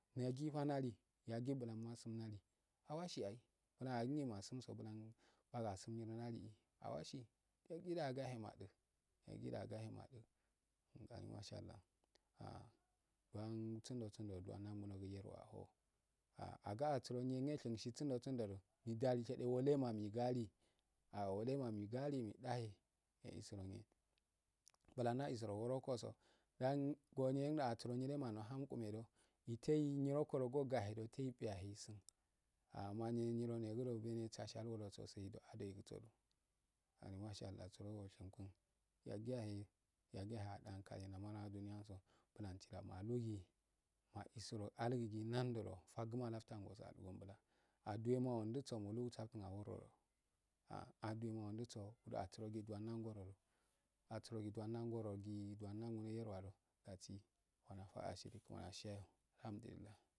Yagifa nali yaggi bulaa asun ali awasi ai nyima lasunso bagaanso nalili awasi wata kila gahemadu yaggida aga he madu an gani mashee alah ah sundo sundo so uhyerwa a agasasuro ndeshinsi sundo sundosi mnidalishade wuje do nigali awate wa nigale awalema migaliwu dare ye usurongne bulan na isuro wurokosa ndan ngoliyeng nda hungumedu meteiyi nyirokodo go gabe deisturyaysun ah nyironegudo ogahe odo eisun ah nyiro regudo ogahe odo eisun ah neyo nyiro negudugi natshiajago tseidu ado eguso ah masha allah surogu oshinkuo yaggiyahe ada ankalhe lanaranduuni yso bansidu. maluge maisuro algagi nandoloo faguma labtu angoso adugnbula adomic odondusoro asurogi don ndang orodu dangorogiee dondangng ruwsdo dassi kimani afagu ashirii kimani ashayoo handililah.